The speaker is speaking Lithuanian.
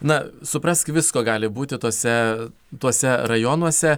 na suprask visko gali būti tose tuose rajonuose